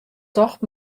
tocht